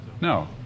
No